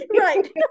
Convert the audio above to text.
Right